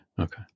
Okay